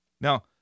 Now